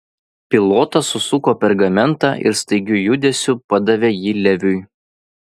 pilotas susuko pergamentą ir staigiu judesiu padavė jį leviui